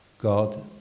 God